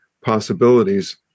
possibilities